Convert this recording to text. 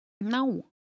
No